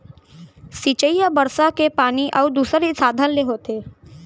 सिंचई ह बरसा के पानी अउ दूसर साधन ले होथे